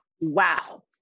Wow